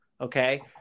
okay